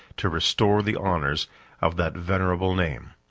to restore the honors of that venerable name.